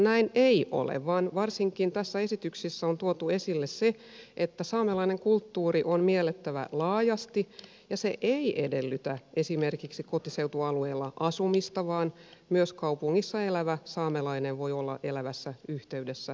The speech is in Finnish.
näin ei ole vaan varsinkin tässä esityksessä on tuotu esille se että saamelainen kulttuuri on miellettävä laajasti ja se ei edellytä esimerkiksi kotiseutualueella asumista vaan myös kaupungissa elävä saamelainen voi olla elävässä yhteydessä saamelaiskulttuuriin